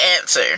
answer